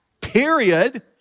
period